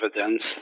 evidence